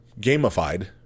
gamified